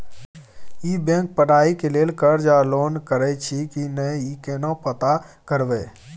ई bank पढ़ाई के लेल कर्ज आ लोन करैछई की नय, यो केना पता करबै?